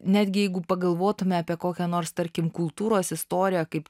netgi jeigu pagalvotume apie kokią nors tarkim kultūros istoriją kaip